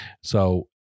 So-